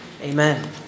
Amen